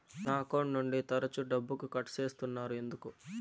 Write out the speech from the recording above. నా అకౌంట్ నుండి తరచు డబ్బుకు కట్ సేస్తున్నారు ఎందుకు